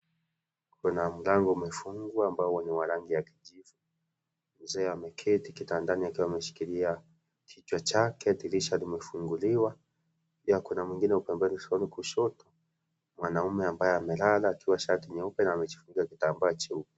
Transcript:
Kuna mlango umefungwa ambao ni wa rangi ya kijivu ,mzee ameketi kitandani akiwa ameshikilia kichwa chake dirisha limefunguliwa pia kuna mwingine huko pembeni kushoto, mwanaume ambaye amelala akiwa shati nyeupe na amejifunika kitambaa cheupe.